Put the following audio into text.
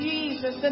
Jesus